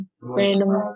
random